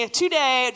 today